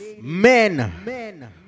men